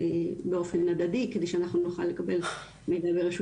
באופן מדדי על מנת שאנחנו נוכל לקבל מידע מרשות